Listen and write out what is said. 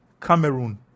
Cameroon